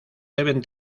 deben